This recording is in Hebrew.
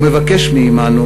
הוא מבקש מעמנו,